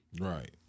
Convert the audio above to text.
Right